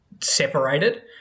separated